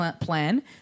plan